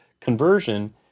conversion—